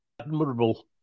admirable